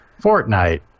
Fortnite